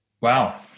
Wow